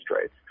rates